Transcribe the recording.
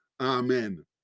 Amen